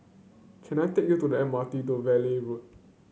can I take you to the M R T to Valley Road